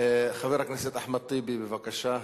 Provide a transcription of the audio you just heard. חבר הכנסת אחמד טיבי, בבקשה,